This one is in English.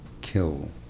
kill